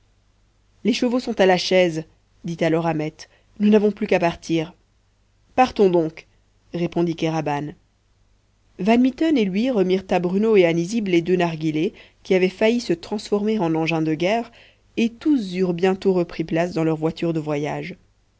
les chevaux sont à la chaise dit alors ahmet nous n'avons plus qu'à partir partons donc répondit kéraban van mitten et lui remirent à bruno et à nizib les deux narghilés qui avaient failli se transformer en engins de guerre et tous eurent bientôt repris place dans leur voiture de voyage